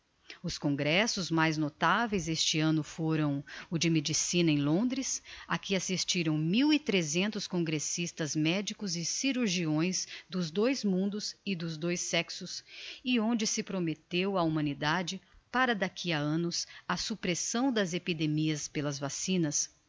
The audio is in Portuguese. os congressos mais notaveis este anno fôram o de medicina em londres a que assistiram mil e tresentos congressistas medicos e cirurgiões dos dois mundos e dos dois sexos e onde se prometteu á humanidade para d'aqui a annos a suppressão das epidemias pelas vaccinas